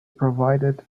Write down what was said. provided